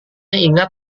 ingat